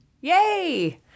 yay